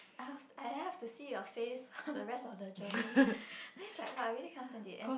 I'll have to see your face for the rest of the journey then it's like !wah! I really cannot stand it and